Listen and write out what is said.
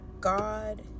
god